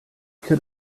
could